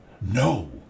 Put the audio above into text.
no